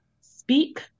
speak